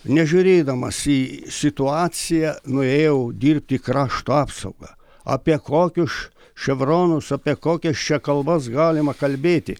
nežiūrėdamas į situaciją nuėjau dirbti į krašto apsaugą apie kokius ševronus apie kokias čia kalbas galima kalbėti